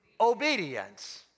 obedience